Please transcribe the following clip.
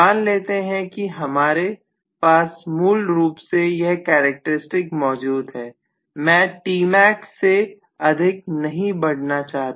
मान लेते हैं कि हमारे पास मूल रूप से यह कैरेक्टर स्टिक मौजूद है मैं Tmax से अधिक नहीं बढ़ना चाहता